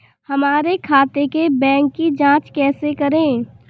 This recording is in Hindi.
हमारे खाते के बैंक की जाँच कैसे करें?